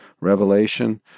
revelation